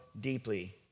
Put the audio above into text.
deeply